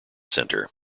centre